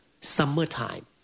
summertime